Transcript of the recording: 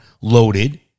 loaded